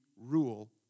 rule